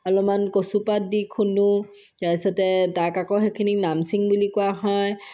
অলপমান কচুপাত দি খুন্দো তাৰপাছতে তাক আকৌ সেইখিনি নামচিং বুলি কোৱা হয়